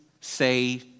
say